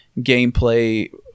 gameplay